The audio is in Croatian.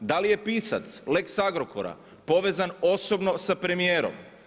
Da li je pisac Lex Agrokora povezan osobno sa premijerom?